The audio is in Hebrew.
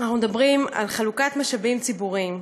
אנחנו מדברים על חלוקת משאבים ציבוריים.